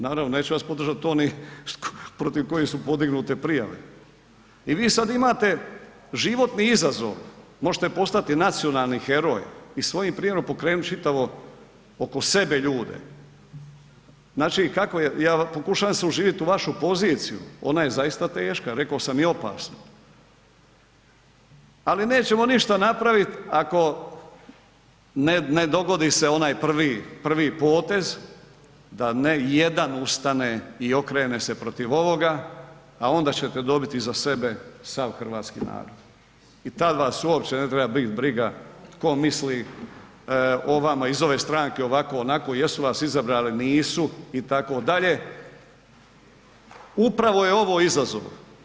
Naravno, neće vas podržati oni protiv kojih su podignute prijave, i vi sad imate životni izazov, možete postati nacionalni heroj i svojim primjerom pokrenut čitavo oko sebe ljude, znači, ja pokušavam se uživit u vašu poziciju, ona je zaista teška, reko sam i opasna ali nećemo ništa napravit ako ne dogodi se onaj prvi potez da jedan ustane i okrene se protiv ovoga a onda ćete dobit iza sebe sav hrvatski narod i tad vas uopće ne treba bit briga tko misli o vama iz ove stranke ovako, onako, jesu vas izabrali, nisu itd., upravo je ovo izazov.